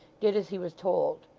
did as he was told.